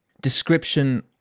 description